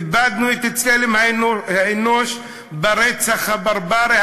איבדנו את צלם האנוש ברצח הברברי,